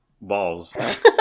Balls